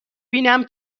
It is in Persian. بینم